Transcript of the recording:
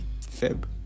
feb